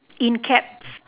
in caps